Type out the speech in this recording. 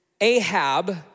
Ahab